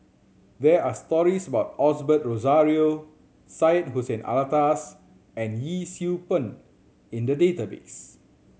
there are stories about Osbert Rozario Syed Hussein Alatas and Yee Siew Pun in the database